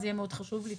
זה יהיה מאוד חשוב לי.